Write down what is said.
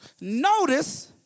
Notice